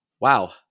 Wow